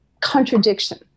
contradiction